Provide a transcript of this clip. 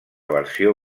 versió